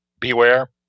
beware